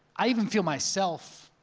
i even feel myself,